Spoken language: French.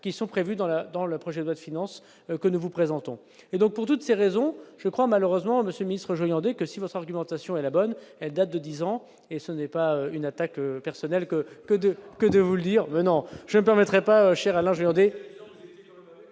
qui sont prévues dans la, dans le projet de la finance que nous vous présentons et donc pour toutes ces raisons. Je crois, malheureusement Monsieur le ministre Joyandet que si votre argumentation est la bonne date de 10 ans et ce n'est pas une attaque personnelle que que de que de vous le dire : non, je me permettrais pas cher alors